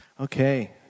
Okay